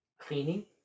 Cleaning